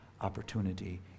opportunity